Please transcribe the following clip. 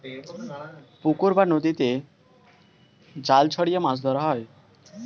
পুকুর বা নদীতে জাল ছড়িয়ে মাছ ধরা হয়